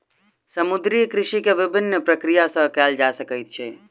समुद्रीय कृषि के विभिन्न प्रक्रिया सॅ कयल जा सकैत छै